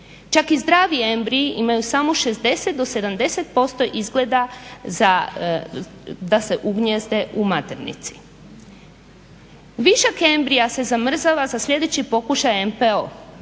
Čak i zdravi embriji imaju samo 60 do 70% izgleda da se ugnijezde u maternici. Višak embrija se zamrzava za sljedeći pokušaj MPO.